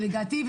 שלדעתי,